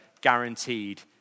guaranteed